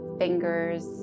fingers